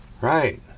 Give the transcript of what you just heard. right